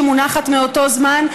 שמונחת מאותו זמן,